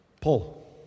Paul